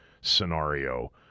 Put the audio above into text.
scenario